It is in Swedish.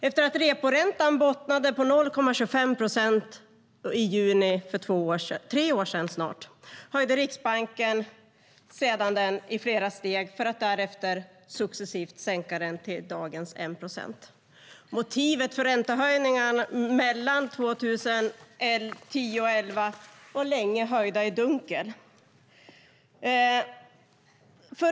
Efter att reporäntan bottnade på 0,25 procent i juni för snart tre år sedan höjde Riksbanken den i flera steg, för att därefter successivt sänka den till dagens 1 procent. Motiven till räntehöjningarna mellan 2010 och 2011 var länge höljda i dunkel.